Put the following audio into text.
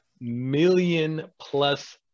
million-plus